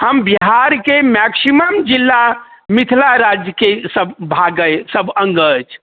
हम बिहारके मैक्सिमम जिला मिथिला राज्यके सब भाग अइ सब अङ्ग अछि